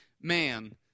man